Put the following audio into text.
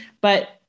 but-